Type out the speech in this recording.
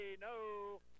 No